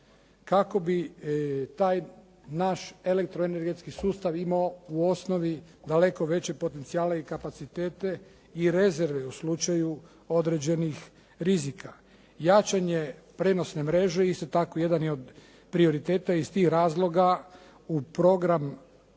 kako bi taj naš elektroenergetski sustav imao u osnovi daleko veće potencijale i kapacitete i rezerve u slučaju određenih rizika, jačanje prijenosne mreže isto tako jedan je od prioriteta. I iz tih razloga u program